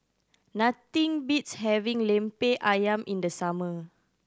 nothing beats having Lemper Ayam in the summer